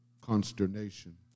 consternation